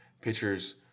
pitchers